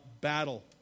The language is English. battle